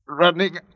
running